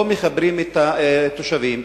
לא מחברים את התושבים,